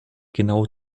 genau